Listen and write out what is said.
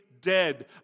dead